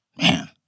man